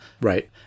Right